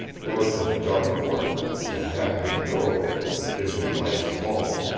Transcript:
lurked in the dark corners and half-hidden doorways of the dimly-lighted hall.